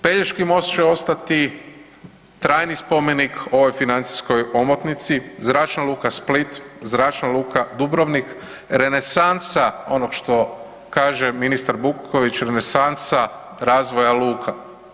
Pelješki most će ostati trajni spomenik ovoj financijskoj omotnici, Zračna luka Split, Zračna luka Dubrovnik, renesansa onog što kaže ministar Butković, renesansa razvoja luka.